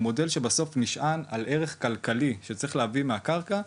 הוא מודל שבעצם בסוף נשען על ערך כלכלי שצריך להביא מהקרקע,